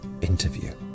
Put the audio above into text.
interview